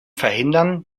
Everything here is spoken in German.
verhindern